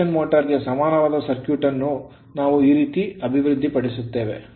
induction motor ಗೆ ಸಮಾನವಾದ circuit ಅನ್ನು ನಾವು ಈ ರೀತಿ ಅಭಿವೃದ್ಧಿಪಡಿಸುತ್ತೇವೆ